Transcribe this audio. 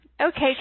Okay